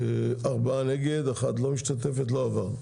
ארבעה נגד, אחת לא משתתפת, לא עבר.